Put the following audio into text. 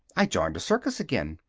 i joined a circus again,